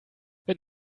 wenn